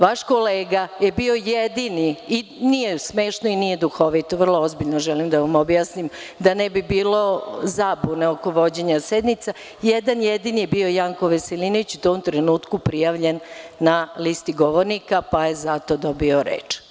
Vaš kolega je bio jedini, nije smešno i nije duhovito, vrlo ozbiljno želim da vam objasnim da ne bi bilo zabune oko vođenje sednice, jedan jedini je bio Janko Veselinović u tom trenutku prijavljen na listi govornika, pa je zato dobio reč.